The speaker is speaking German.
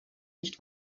nicht